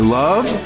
love